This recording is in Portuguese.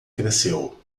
cresceu